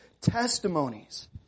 testimonies